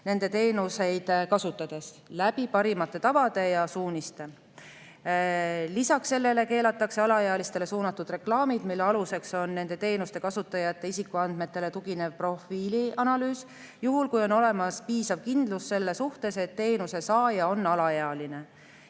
ja ohutuse tagamiseks parimate tavade ja suuniste kaudu. Lisaks sellele keelatakse alaealistele suunatud reklaamid, mille aluseks on nende teenuste kasutajate isikuandmetele tuginev profiilianalüüs, juhul kui on olemas piisav kindlus selle suhtes, et teenuse saaja on alaealine.